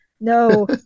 No